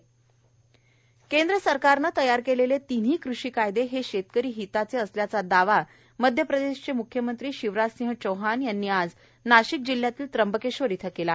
शिवराज सिंग चौहान केंद्र सरकारने तयार केलेले तिन्ही कृषी कायदे हे शेतकरी हिताचे असल्याचा दावा मध्यप्रदेशचे म्ख्यमंत्री शिवराज सिंग चौहान यांनी आज नाशिक जिल्ह्यातील त्र्यंबकेश्वर येथे केला